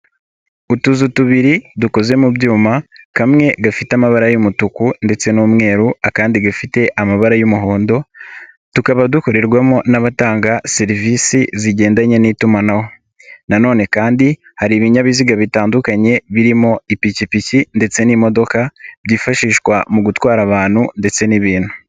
Utuzu tubiri dukoze mu byuma, kamwe gafite amabara y'umutuku ndetse n'umweru, akandi gafite amabara y'umuhondo, tukaba dukorerwamo n'abatanga serivisi zigendanye n'itumanaho na none kandi hari ibinyabiziga bitandukanye, birimo ipikipiki ndetse n'imodoka, byifashishwa mu gutwara abantu ndetse n'ibintu.